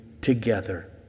together